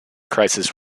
crisis